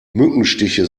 mückenstiche